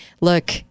Look